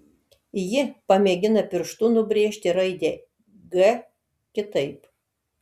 ji pamėgina pirštu nubrėžti raidę g kitaip